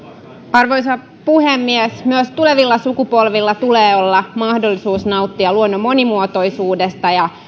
arvoisa puhemies myös tulevilla sukupolvilla tulee olla mahdollisuus nauttia luonnon monimuotoisuudesta ja